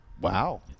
Wow